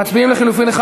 ציפי לבני,